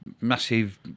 massive